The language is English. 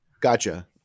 Gotcha